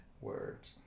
words